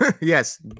Yes